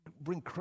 bring